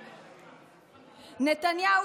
נתניהו,